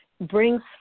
brings